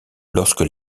lorsque